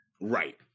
Right